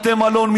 בתי מלון,